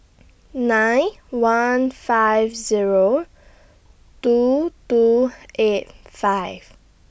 nine one five Zero two two eight five